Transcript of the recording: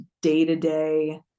day-to-day